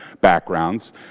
backgrounds